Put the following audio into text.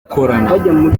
gukorana